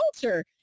culture